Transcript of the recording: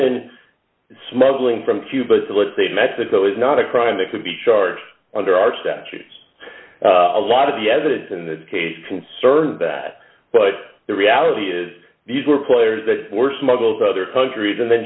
ven smuggling from cuba to let's say mexico is not a crime that could be charged under our statutes a lot of the evidence in that case concerned that but the reality is these were players that were smuggled other countries and the